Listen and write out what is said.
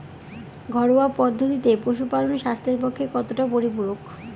ঘরোয়া পদ্ধতিতে পশুপালন স্বাস্থ্যের পক্ষে কতটা পরিপূরক?